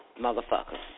motherfuckers